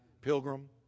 Pilgrim